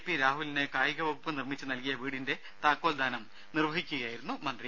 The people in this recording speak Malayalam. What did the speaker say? പി രാഹുലിന് കായിക വകുപ്പ് നിർമിച്ചു നൽകിയ വീടിന്റെ താക്കോൽദാനം നിർവഹിച്ച് സംസാരിക്കുകയായിരുന്നു മന്ത്രി